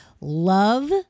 Love